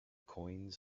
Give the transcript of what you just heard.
coins